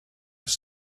have